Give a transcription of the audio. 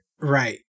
Right